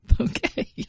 Okay